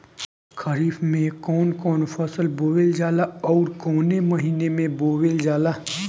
खरिफ में कौन कौं फसल बोवल जाला अउर काउने महीने में बोवेल जाला?